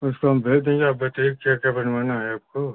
उसको हम भेज देंगे आप बताइए क्या क्या बनवाना है आपको